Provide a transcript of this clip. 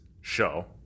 show –